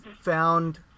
found